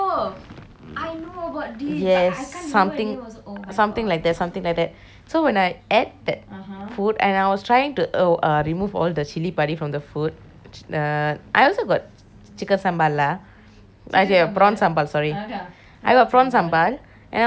yes something something like that something like that so when I ate that food and I was trying to uh remove all the chili padi from the food the I also got chicken sambal lah !aiyo! prawn sambal sorry I got prawn sambal and I was removing all the chili padi